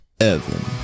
evan